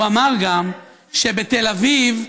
הוא גם אמר שבתל אביב,